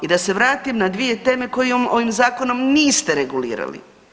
I da se vratim na dvije teme koje ovim zakonom niste regulirali.